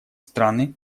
страны